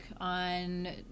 on